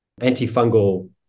antifungal